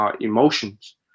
emotions